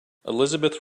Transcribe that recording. elizabeth